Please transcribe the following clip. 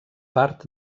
part